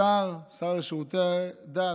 שר לשירותי דת,